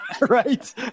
right